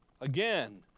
again